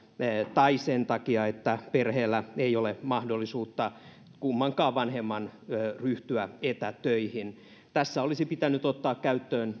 tai sen takia että perheessä ei ole kummallakaan vanhemmalla mahdollisuutta ryhtyä etätöihin tässä olisi pitänyt ottaa käyttöön